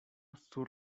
sur